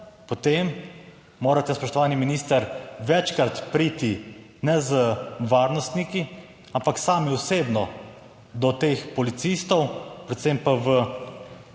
potem morate, spoštovani minister, večkrat priti, ne z varnostniki, ampak sami osebno do teh policistov, predvsem pa v